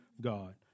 God